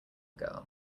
girl